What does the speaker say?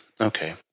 Okay